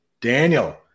Daniel